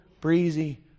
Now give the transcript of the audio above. breezy